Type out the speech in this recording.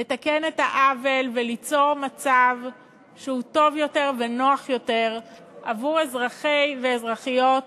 לתקן את העוול וליצור מצב שהוא טוב יותר ונוח יותר עבור אזרחי ואזרחיות